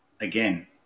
again